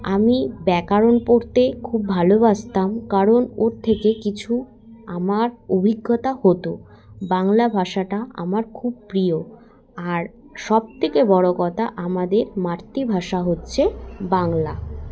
আমি ব্যাকরণ পড়তে খুব ভালোবাসতাম কারণ ওর থেকে কিছু আমার অভিজ্ঞতা হতো বাংলা ভাষাটা আমার খুব প্রিয় আর সবথেকে বড়ো কথা আমাদের মাতৃভাষা হচ্ছে বাংলা